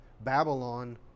Babylon